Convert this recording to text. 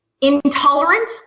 intolerant